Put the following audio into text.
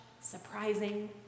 surprising